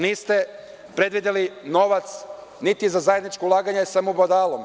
Niste predvideli novac niti za zajednička ulaganja sa „Mubadalom“